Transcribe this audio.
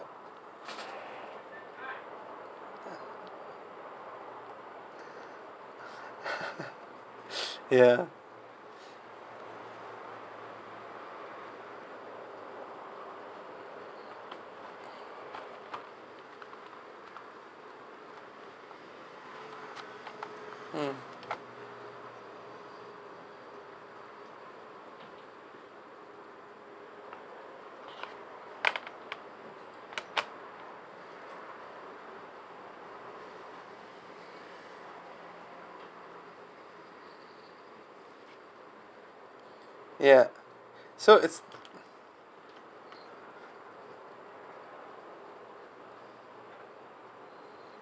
ya mm ya so it's